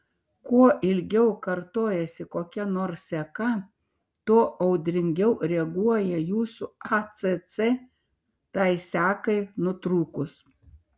kuo ilgiau kartojasi kokia nors seka tuo audringiau reaguoja jūsų acc tai sekai nutrūkus